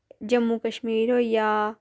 जम्मू कश्मीर होई गेआ